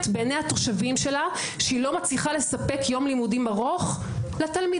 בעיני התושבים שלה שהיא לא מספיקה לספק יום לימודים ארוך לתלמידים.